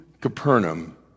Capernaum